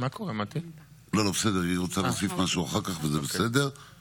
נתניהו לפטר את שר הביטחון